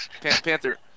Panther